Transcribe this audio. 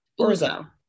Orzo